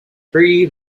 three